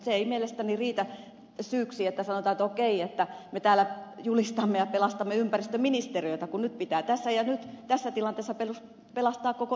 se ei mielestäni riitä syyksi että sanotaan okei että me täällä julistamme ja pelastamme ympäristöministeriötä kun nyt pitää tässä ja nyt tässä tilanteessa pelastaa koko ympäristöhallinto